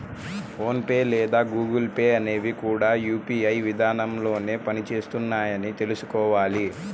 phone pay లేదా Google Pay అనేవి కూడా యూ.పీ.ఐ విధానంలోనే పని చేస్తున్నాయని తెల్సుకోవాలి